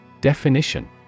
Definition